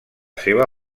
seva